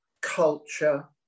culture